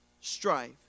strife